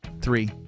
three